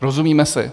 Rozumíme si?